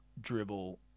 dribble